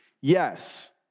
yes